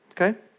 okay